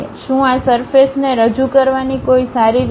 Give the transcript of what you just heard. શું આ સરફેસ ને રજૂ કરવાની કોઈ સારી રીત છે